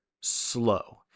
slow